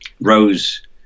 Rose